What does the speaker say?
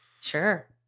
Sure